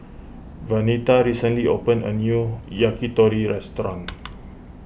Venita recently opened a new Yakitori restaurant